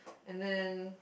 and then